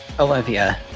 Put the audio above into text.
Olivia